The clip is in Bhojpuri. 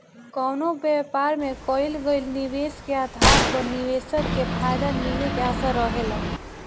कवनो व्यापार में कईल गईल निवेश के आधार पर निवेशक के फायदा मिले के आशा रहेला